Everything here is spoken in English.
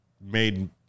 made